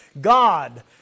God